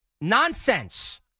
nonsense